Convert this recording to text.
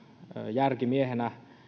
järkimiehenä